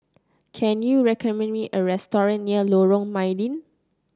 can you recommend me a restaurant near Lorong Mydin